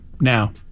Now